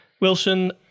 Wilson